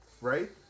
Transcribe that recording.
right